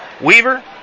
Weaver